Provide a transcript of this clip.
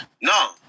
No